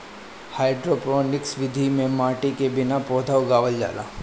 hydroponics विधि में माटी के बिना पौधा उगावल जाला